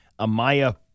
Amaya